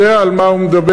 יודע על מה הוא מדבר,